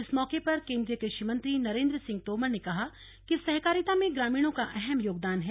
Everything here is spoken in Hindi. इस मौके पर केन्द्रीय कृषि मंत्री नरेंद्र सिंह तोमर ने कहा कि सहकारिता में ग्रामीणों का अहम योगदान है